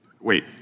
wait